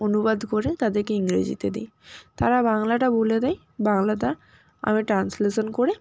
অনুবাদ করে তাদেরকে ইংরাজিতে দিই তারা বাংলাটা বলে দেয় বাংলাটা আমি ট্রান্সলেশান করে